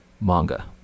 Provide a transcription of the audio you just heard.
manga